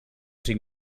cinc